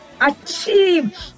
Achieve